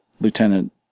Lieutenant